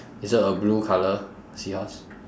is it a blue colour seahorse